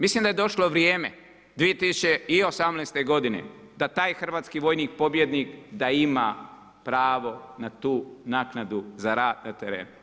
Mislim da je došlo vrijeme 2018. godine da taj hrvatski vojnik pobjednik da ima pravo na tu naknadu za rad na terenu.